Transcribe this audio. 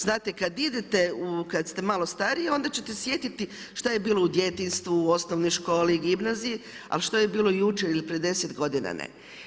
Znate kad idete, kad ste malo stariji onda ćete se sjetiti šta je bilo u djetinjstvu, u osnovnoj školi, gimnaziji, ali što je bilo jučer ili pred 10 godina ne.